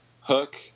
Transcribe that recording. Hook